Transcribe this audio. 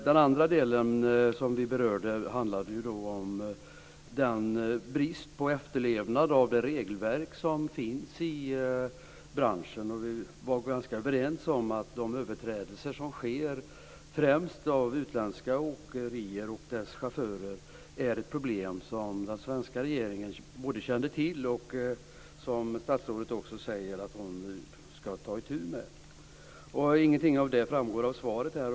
Den andra delen vi berörde handlade om den brist på efterlevnad av det regelverk som finns i branschen. Vi var ganska överens om att de överträdelser som sker främst av utländska åkerier och deras chaufförer är ett problem som den svenska regeringen både kände till och som statsrådet också säger att hon skall ta itu med. Ingenting av det framgår av svaret här.